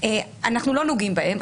אנחנו לא נוגעים בהם,